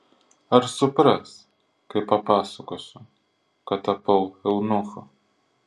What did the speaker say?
ar supras kai papasakosiu kad tapau eunuchu